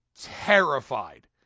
terrified